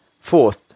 Fourth